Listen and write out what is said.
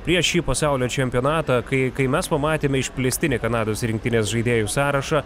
prieš šį pasaulio čempionatą kai kai mes pamatėme išplėstinį kanados rinktinės žaidėjų sąrašą